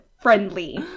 friendly